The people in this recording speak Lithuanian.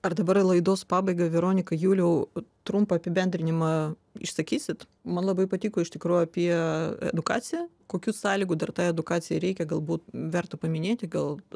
ar dabar į laidos pabaigą veronika juliau trumpą apibendrinimą išsakysit man labai patiko iš tikrųjų apie edukaciją kokių sąlygų dar tai edukacijai reikia galbūt verta paminėti gal